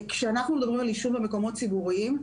כשאנחנו מדברים על עישון במקומות ציבוריים,